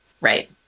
right